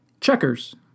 Checkers